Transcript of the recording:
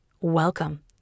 welcome